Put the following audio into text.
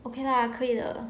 okay lah 可以的